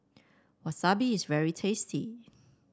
Wasabi is very tasty